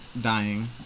dying